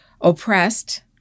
oppressed